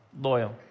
loyal